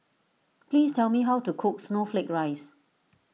please tell me how to cook Snowflake Ice